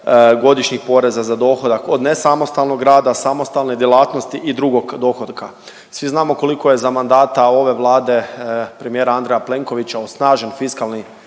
godišnjih poreza za dohodak od nesamostalnog rada, samostalne djelatnosti i drugog dohotka. Svi znamo koliko je za mandata ove Vlade premijera Andreja Plenkovića osnažen fiskalni